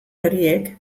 horiek